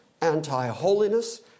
anti-holiness